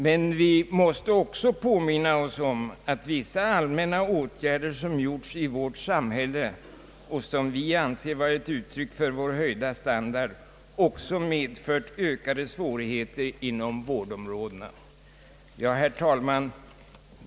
Men vi måste också påminna oss om att vissa allmänna åtgärder, som vidtagits i vårt samhälle och som vi anser vara ett uttryck för vår höjda standard, också medfört ökade svårigheter inom vårdområdena. Herr talman!